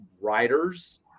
writers